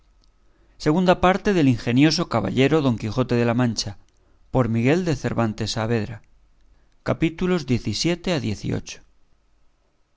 segunda parte del ingenioso caballero don quijote de la mancha por miguel de cervantes saavedra y